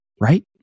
right